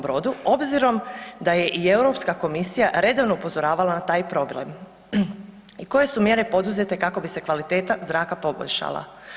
Brodu obzirom da je i EU komisija redovno upozoravala na taj problem i koje su mjere poduzete kako bi se kvaliteta zraka poboljšala.